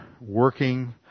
working